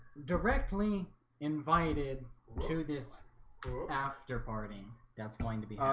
directly invited to this after-party that's going to be